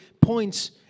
points